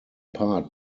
part